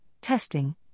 testing